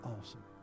awesome